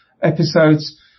episodes